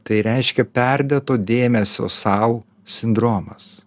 tai reiškia perdėto dėmesio sau sindromas